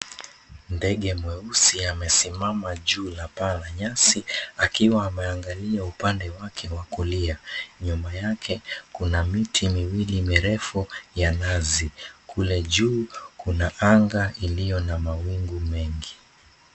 Ndege mweusi amesimama juu la paa la nyasi akiwa ameangalia upande wake wa kulia. Nyuma yake kuna miti miwili mirefu ya nazi. Kule juu kuna anga iliyo na mawingu mengi.